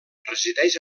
resideix